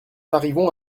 arrivons